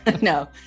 no